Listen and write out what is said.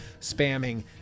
spamming